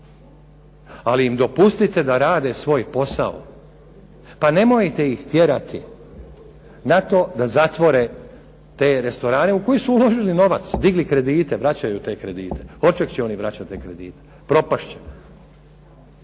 Ali im dopustite da rade svoj posao. Pa nemojte ih tjerati na to da zatvore te restorane u koje su uložili novac, digli kredite, vraćaju te kredite. Od čeg će oni vraćati te kredite? Propast će.